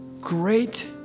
great